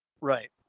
right